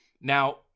Now